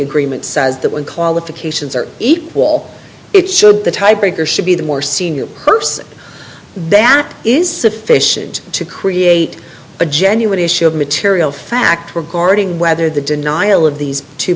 agreement says that when qualifications are eat wall it should the tie breaker should be the more senior person that is sufficient to create a genuine issue of material fact regarding whether the denial of these two